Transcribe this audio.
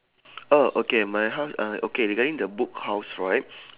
oh okay my house uh okay regarding the book house right